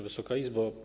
Wysoka Izbo!